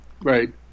right